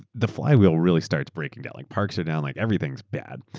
the flywheel really starts breaking down. like parks are down. like everythingaeurs bad.